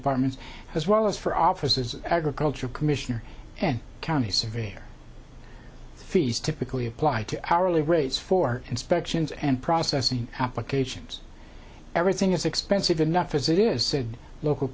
departments as well as for offices agriculture commissioner and county surveyor fees typically apply to our early rates for inspections and processing applications everything is expensive enough as it is said local